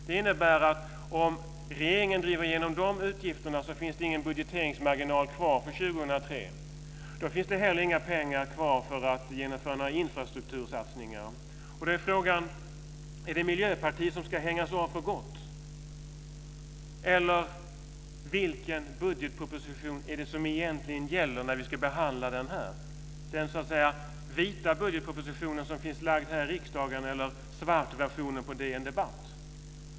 Det innebär att om regeringen driver igenom de utgifterna så finns det ingen budgeteringsmarginal kvar för 2003. Då finns det heller inga pengar kvar till att genomföra några infrastruktursatsningar. Då är frågan: Är det Miljöpartiet som ska hängas av för gott? Eller vilken budgetproposition är det som egentligen gäller när vi ska behandla den här i kammaren - den vita budgetpropositionen, så att säga, som lagts fram här i riksdagen, eller svartversionen på DN Debatt?